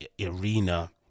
arena